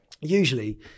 Usually